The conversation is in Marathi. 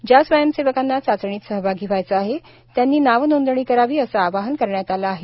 ज्या स्वयंसेवकांना चाचणीत सहभागी व्हायचं आहे त्यांनी नावनोंदणी करावी असं आवाहन करण्यात आलं आहे